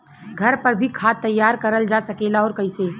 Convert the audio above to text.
घर पर भी खाद तैयार करल जा सकेला और कैसे?